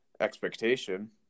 expectation